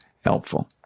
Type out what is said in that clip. helpful